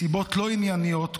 מסיבות לא ענייניות,